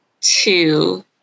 two